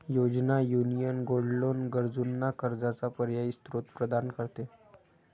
योजना, union gold loan गरजूंना कर्जाचा पर्यायी स्त्रोत प्रदान करते